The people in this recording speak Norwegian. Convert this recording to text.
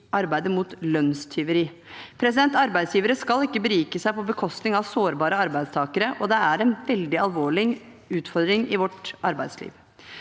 arbeidet mot lønnstyveri. Arbeidsgivere skal ikke berike seg på bekostning av sårbare arbeidstakere, og det er en veldig alvorlig utfordring i vårt arbeidsliv.